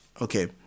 Okay